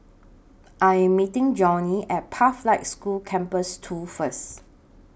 I Am meeting Johnnie At Pathlight School Campus two First